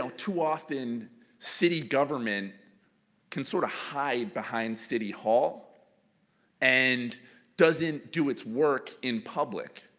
so too often city government can sort of hide behind city hall and doesn't do its work in public.